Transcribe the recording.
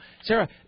Sarah